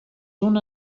una